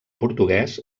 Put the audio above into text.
portuguès